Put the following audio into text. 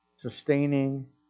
sustaining